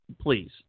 please